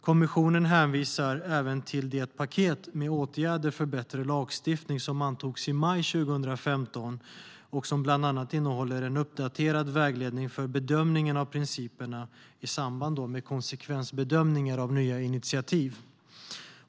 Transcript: Kommissionen hänvisar även till det paket med åtgärder för bättre lagstiftning som antogs i maj 2015 och som bland annat innehåller en uppdaterad vägledning för bedömningen av principerna i samband med konsekvensbedömningar av nya initiativ.